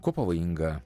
kuo pavojinga